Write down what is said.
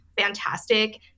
fantastic